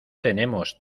tenemos